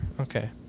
Okay